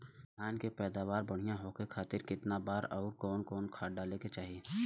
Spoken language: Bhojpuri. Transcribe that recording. धान के पैदावार बढ़िया होखे खाती कितना बार अउर कवन कवन खाद डाले के चाही?